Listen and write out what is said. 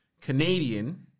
Canadian